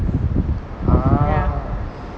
ugh